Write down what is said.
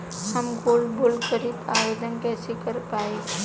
हम gold bond करतिं आवेदन कइसे कर पाइब?